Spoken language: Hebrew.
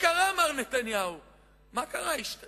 אבל נתניהו פוחד מהאיש השמן,